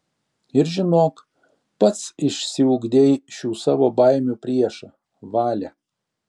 ir žinok pats išsiugdei šių savo baimių priešą valią